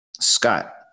Scott